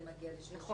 זה מגיע ל-38.